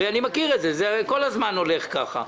הרי אני מכיר את זה, כל הזמן זה הולך כך.